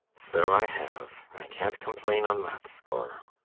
so i have. i can't complain on that score.